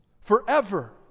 forever